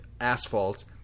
asphalt